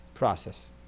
process